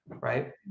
right